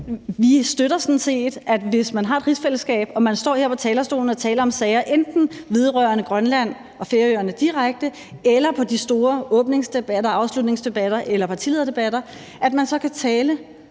set støtter, at man, hvis man har et rigsfællesskab og man står her på talerstolen og taler om sager enten vedrørende Grønland og Færøerne direkte eller i de store åbningsdebatter og afslutningsdebatter eller partilederdebatter, så kan tale